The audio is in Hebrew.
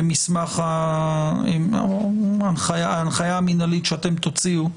ומסמך הנחיה מנהלית שאתם תוציאו